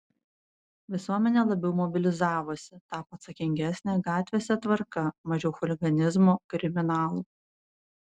visuomenė labiau mobilizavosi tapo atsakingesnė gatvėse tvarka mažiau chuliganizmo kriminalų